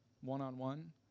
one-on-one